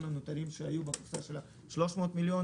הנותרים שהיו בתקציב של 300 מיליון.